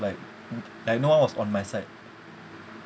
like like no one was on my side